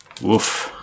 Woof